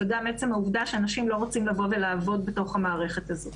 זו גם עצם העובדה שאנשים לא רוצים לבוא ולעבוד בתוך המערכת הזאת.